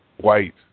white